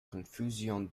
confusion